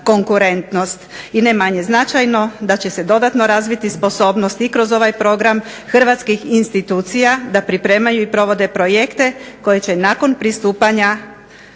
konkurentnost. I ne manje značajno da će se dodatno razviti sposobnost i kroz ovaj program Hrvatskih institucija da pripremaju i provode projekte koji će nakon pristupanja